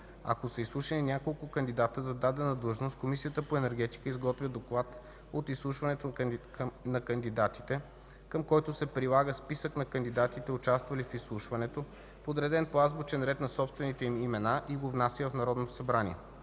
Ако са изслушани няколко кандидата за дадена длъжност, Комисията по енергетика изготвя доклад от изслушването на кандидатите, към който се прилага списък на кандидатите, участвали в изслушването, подреден по азбучен ред на собствените им имена и го внася в Народното събрание.